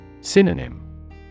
Synonym